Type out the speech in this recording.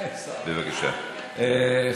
קדימה, עכשיו, אין שר.